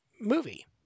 movie